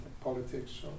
politics